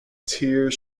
tears